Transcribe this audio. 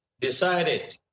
decided